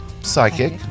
psychic